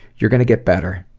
you're going to get better.